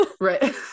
right